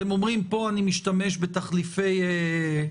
אתם אומרים פה אני משתמש בתחליפי קנסות,